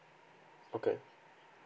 okay